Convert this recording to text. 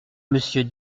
monsieur